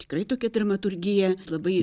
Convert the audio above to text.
tikrai tokia dramaturgija labai